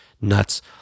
nuts